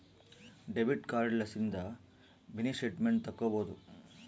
debit card ಲಿಸಿಂದ mini statement ತಕ್ಕೊಬೊದು